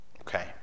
Okay